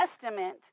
Testament